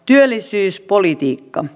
työllisyyspolitiikka